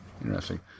Interesting